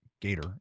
Gator